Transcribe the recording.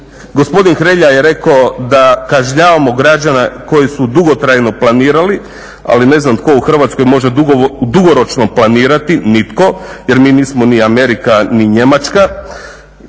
Gospodin Hrelja je rekao da kažnjavamo građane koji su dugotrajno planirali, ali ne znam tko u Hrvatskoj može dugoročno planirati? Nitko! Jer mi nismo ni Amerika ni Njemačka,